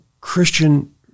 Christian